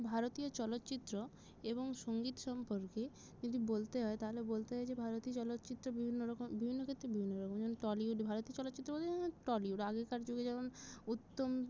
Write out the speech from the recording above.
ভারতীয় চলচ্চিত্র এবং সঙ্গীত সম্পর্কে যদি বলতেই হয় তাহলে বলতে হয় যে ভারতীয় চলচ্চিত্র বিভিন্ন রকম বিভিন্ন ক্ষেত্রে বিভিন্ন রকমের যেমন টলিউড ভারতীয় চলচ্চিত্র বলতে টলিউড আগেকার যুগে যেমন উত্তম